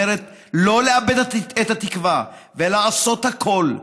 אומרת: לא לאבד את התקווה ולעשות הכול,